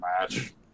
match